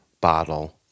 bottle